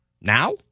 Now